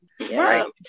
right